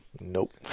nope